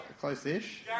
Close-ish